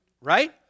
right